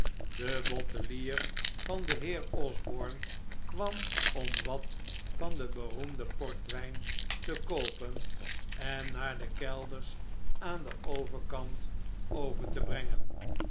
de bottelier van den heer osborne kwam om wat van den beroemden portwijn te koopen en naar de kelders aan den overkant over te brengen